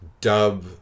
Dub